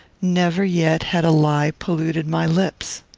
never yet had a lie polluted my lips.